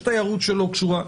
ויש תיירות שלא קשורה.